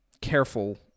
careful